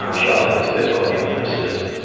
ah she also has physical illnesses